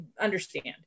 understand